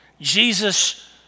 Jesus